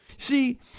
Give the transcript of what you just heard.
See